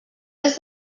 des